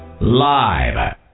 Live